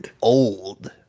old